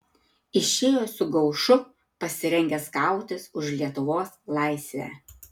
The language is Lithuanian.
išėjo su gaušu pasirengęs kautis už lietuvos laisvę